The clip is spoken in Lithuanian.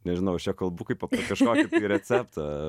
nežinau čia kalbu kaip apie kažkokį receptą